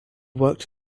worked